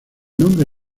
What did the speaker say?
nombre